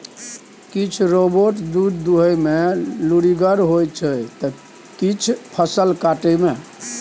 किछ रोबोट दुध दुहय मे लुरिगर होइ छै त किछ फसल काटय मे